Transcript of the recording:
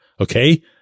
okay